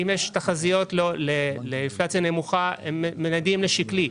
אם יש תחזיות לאינפלציה נמוכה הם מניידים לשקלי.